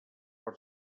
per